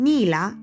Nila